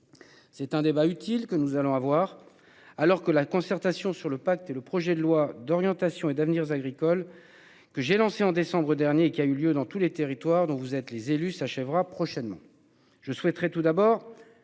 C'est un débat utile que nous allons avoir alors que la concertation sur le pacte et le projet de loi d'orientation et d'avenir agricole que j'ai lancé en décembre dernier qui a eu lieu dans tous les territoires dont vous êtes les élus s'achèvera prochainement. Je souhaiterais tout d'abord.